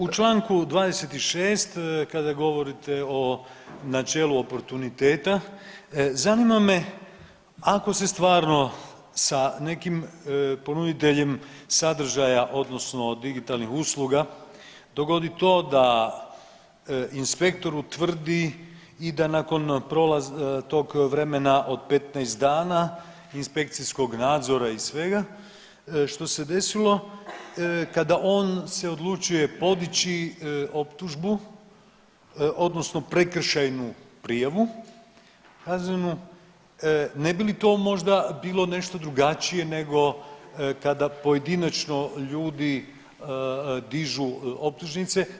U čl. 26. kada govorite o načelu oportuniteta zanima me ako se stvarno sa nekim ponuditeljem sadržaja odnosno digitalnih usluga dogodi to da inspektor utvrdi i da nakon tog vremena od 15 inspekcijskog nadzora i svega što se desilo kada on se odluči podići optužbu odnosno prekršajnu prijavu kaznenu, ne bi li to možda bilo nešto drugačije nego kada pojedinačno ljudi dižu optužnice?